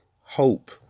hope